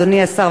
אדוני השר,